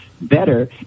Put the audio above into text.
better